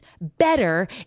better